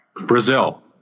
Brazil